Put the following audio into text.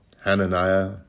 Hananiah